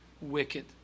wicked